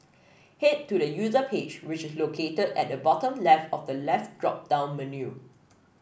head to the user page which is located at the bottom left of the left drop down menu